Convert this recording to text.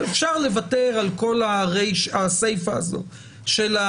אפשר לוותר על כל הסיפא של ההחלטה,